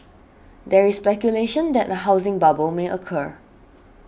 there is speculation that a housing bubble may occur